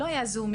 לא היו זומים,